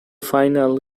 final